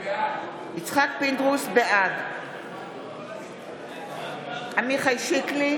בעד עמיחי שיקלי,